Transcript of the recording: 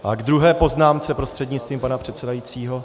A k druhé poznámce, prostřednictvím pana předsedajícího.